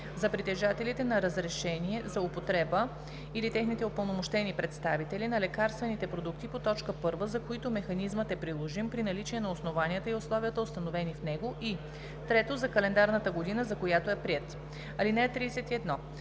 за притежателите на разрешение за употреба/техните упълномощени представители на лекарствените продукти по т. 1, за които механизмът е приложим при наличие на основанията и условията, установени в него, и 3. за календарната година, за която е приет. (31)